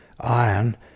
iron